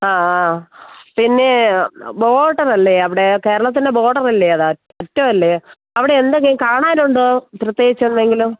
ആ ആ പിന്നെ ബോർഡറല്ലേ അവിടെ കേരളത്തിൻ്റെ ബോർഡറല്ലേ അറ്റമല്ലേ അവിടെ എന്തെങ്കിലും കാണാനുണ്ടോ പ്രത്യേകിച്ചെന്തെങ്കിലും